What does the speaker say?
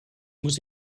muss